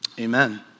Amen